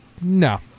No